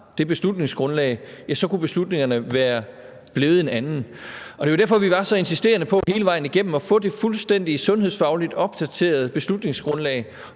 det beslutningsgrundlag. Det var jo derfor, vi var så insisterende på hele vejen igennem at få det fuldstændige sundhedsfagligt opdaterede beslutningsgrundlag,